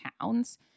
pounds